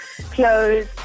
clothes